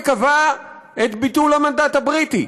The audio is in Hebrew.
היא קבעה את ביטול המנדט הבריטי,